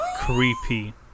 creepy